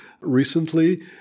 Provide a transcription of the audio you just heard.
recently